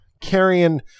carrying